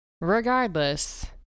Regardless